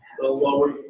the lower